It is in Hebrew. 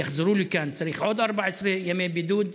כשהם יחזרו לכאן יצטרכו עוד 14 ימי בידוד,